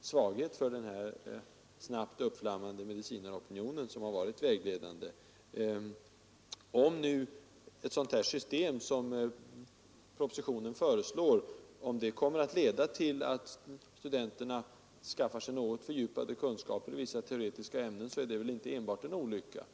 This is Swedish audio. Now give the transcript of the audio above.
svaghet för den här snabbt uppflammande medicinaropinionen har varit vägledande. Om nu ett sådant system som föreslås i propositionen kommer att leda till att studenterna skaffar sig något fördjupade kunskaper i vissa teoretiska ämnen, är det väl inte enbart en olycka.